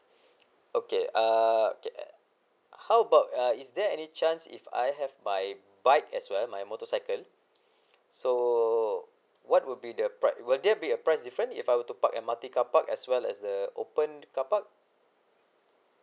okay err okay how about uh is there any chance if I have my bike as well my motorcycle so what would be the price will there be a price different if I were to park at multi carpark as well as the open carpark